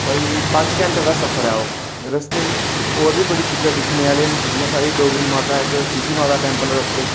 कोई पंज घैंटे दा सफर ऐ ओह् रस्ते च होर बी बड़ी चीजां दिक्खने आह्ली न जि'यां साढ़ी डोगरी माता इक चीची माता टैम्पल रस्ते च